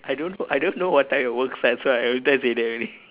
I don't know I don't know what type of work that's why every time I say that only